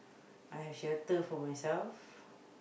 I have shelter for myself